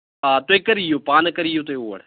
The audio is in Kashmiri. آ تُہۍ کر یِیِو پانہٕ کَر یِیِو تُہۍ اور